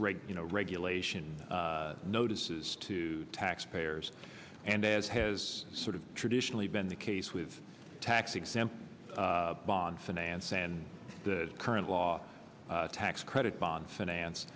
regulation notices to tax payers and as has sort of traditionally been the case with tax exempt bond finance and the current law tax credit bond finance